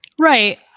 Right